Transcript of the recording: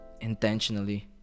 intentionally